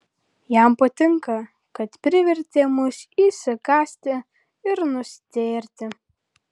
jam patinka kad privertė mus išsigąsti ir nustėrti